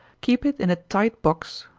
keep it in a tight box,